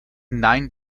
nine